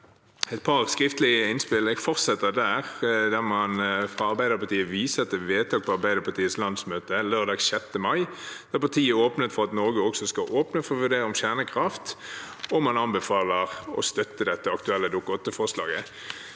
et par skriftlige innspill. Jeg fortsetter der. Der viser Arbeiderpartiet til vedtak fra Arbeiderpartiets landsmøte lørdag 6. mai, der partiet åpner for at Norge også skal vurdere kjernekraft, og man anbefaler å støtte dette aktuelle Dokument 8-forslaget.